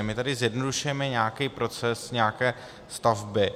My tady zjednodušujeme nějaký proces nějaké stavby.